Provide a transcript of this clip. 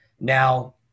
Now